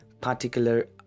particular